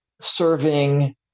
serving